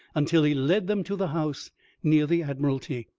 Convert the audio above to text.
until he led them to the house near the admiralty,